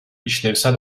işlevsel